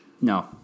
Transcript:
No